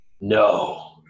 No